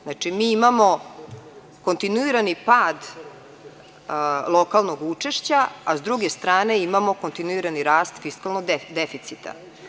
Znači, mi imamo kontinuirani pad lokalnog učešća, a s druge strane, imamo kontinuirani rast fiskalnog deficita.